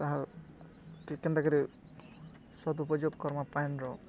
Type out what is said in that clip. ତାହାର୍ କି କେନ୍ତାକରି ସଦୁପଯୋଗ କର୍ମା ପାନ୍ର